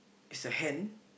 is a hand